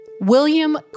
William